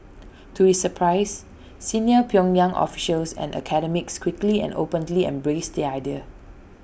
to his surprise senior pyongyang officials and academics quickly and openly embraced the idea